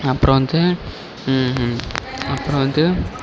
அப்றம் வந்து அப்றம் வந்து